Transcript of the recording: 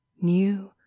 New